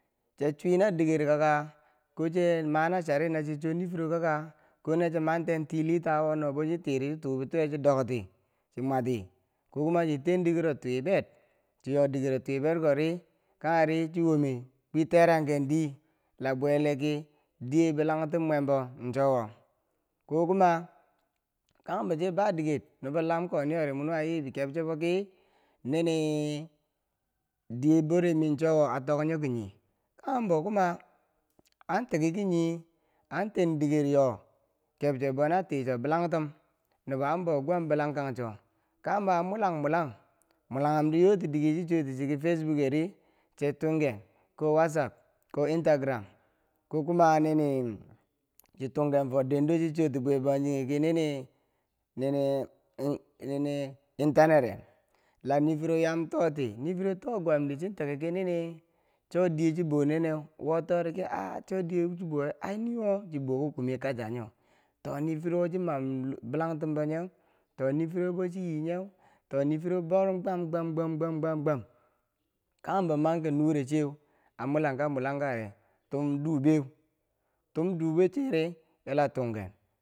Che chwinadiker kakka koche mana chari nache cho nifiro kakka ko nachi manten tii lita wo nachiya tuu bituweri chi dogti, chi mwa ti kokuma chi ten dikero wiber chinyo dikero twiberko ri kangheri chi womi kwi terangken dii la bwe lee ki diye bilangtummwembo cho wo ko kuma kanghem bo che ba diker nobolam koninyori mwa nuwa ayi bi keb chebo ki nini diye bore miu chowo a tonyo kinyi kanghembo kuma an tiki nyi an ten diker yo kebcheb bona tikang cho bilangtum nubo an bou gwam bilangkancho kanghembo a mulang mulang, mulanghumdi yoti dike chi chotiki fesbook yeriche tunghen ko wasuf ko instagram kokuma nini chi tunghen fo dendo chichoti bwe bangjinghe ki nin- ning ntanereu lanifiro yam toti nifiro to gwamri chin toki ki nini cho diye chibouneneu wo tori ki a cho diye chi boweu ai niwo chibo ki kume kaja nyo, to nifir wo chi mam bilangtumboyeu to nifiro bochiyinyeu to nifiro bou gwam gwam gwam gwam kanghebo manki nu reu cheu a mulang ka mulangka ri tum dubiu tum dubiu che ri yila tunken.